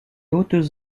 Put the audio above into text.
hautes